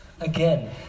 Again